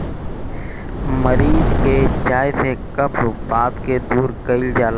मरीच के चाय से कफ वात के दूर कइल जाला